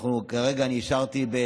כרגע אני אישרתי,